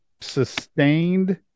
sustained